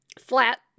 flat